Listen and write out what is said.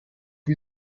wie